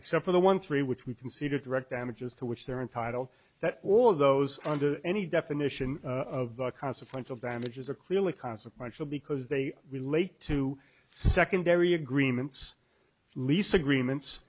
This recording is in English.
except for the one three which we consider direct damages to which they're entitled that all those under any definition of consequential damages are clearly consequential because they relate to secondary agreements lease agreements